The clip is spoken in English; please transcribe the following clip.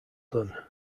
done